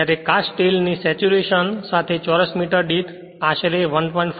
જ્યારે cast steel saturation સાથે ચોરસ મીટર દીઠ આશરે 1